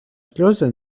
сльози